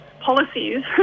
policies